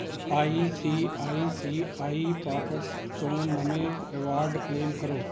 I C I C I pockets ਤੋਂ ਨਵੇਂ reward claim ਕਰੋ